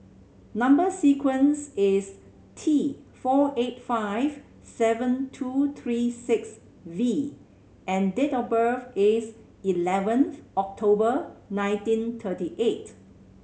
number sequence is T four eight five seven two three six V and date of birth is eleven October nineteen thirty eight